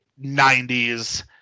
90s